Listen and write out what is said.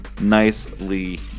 Nicely